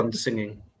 singing